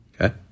okay